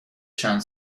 چند